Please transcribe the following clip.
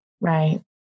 Right